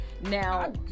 Now